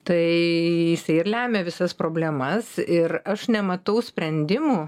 tai jisai ir lemia visas problemas ir aš nematau sprendimų